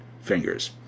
fingers